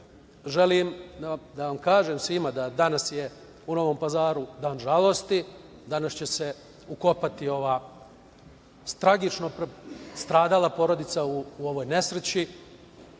želim da vam kažem svima da je danas u Novom Pazaru dan žalosti. Danas će se ukopati ova tragično stradala porodica u ovoj nesreći,